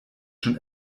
schon